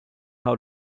how